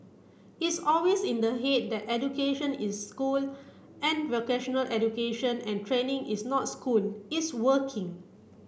it's always in the head that education is school and vocational education and training is not school it's working